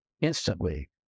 instantly